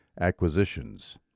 acquisitions